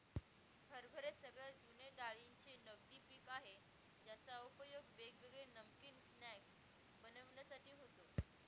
हरभरे सगळ्यात जुने डाळींचे नगदी पिक आहे ज्याचा उपयोग वेगवेगळे नमकीन स्नाय्क्स बनविण्यासाठी होतो